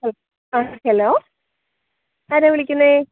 ആ ഹലോ ആരാ വിളിക്കുന്നേ